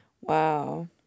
Wow